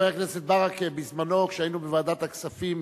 חבר הכנסת ברכה, בזמננו, כשהיינו בוועדת הכספים